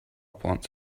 plants